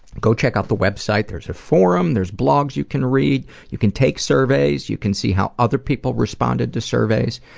go check out the website. there's a forum, there's blogs you can read, you can take surveys, you can see how other people responded to surveys,